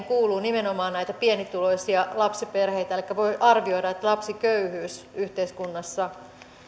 kuuluu nimenomaan näitä pienituloisia lapsiperheitä elikkä voi arvioida että lapsiköyhyys yhteiskunnassa